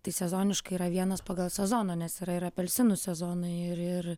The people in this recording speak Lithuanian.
tai sezoniška yra vienas pagal sezoną nes yra ir apelsinų sezonai ir ir